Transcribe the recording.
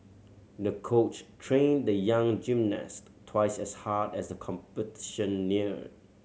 the coach trained the young gymnast twice as hard as the competition neared